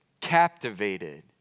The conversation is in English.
captivated